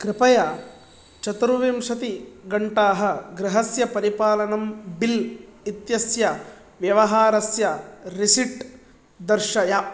कृपया चतुर्विंशतिघण्टाः गृहस्य परिपालनम् बिल् इत्यस्य व्यवहारस्य रिसिप्ट् दर्शय